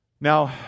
Now